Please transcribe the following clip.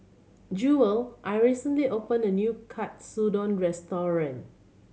Jewel are recently opened a new Katsudon Restaurant